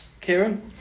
kieran